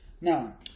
Now